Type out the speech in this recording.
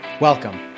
Welcome